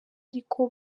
ariko